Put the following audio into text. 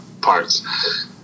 parts